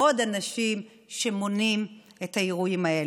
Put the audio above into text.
עוד אנשים שמונעים את האירועים האלו.